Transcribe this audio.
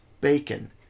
bacon